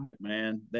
man